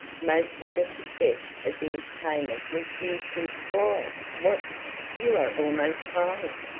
most of the success of the entertainment was due to why what you are almost crying,